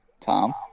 Tom